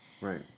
Right